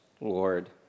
Lord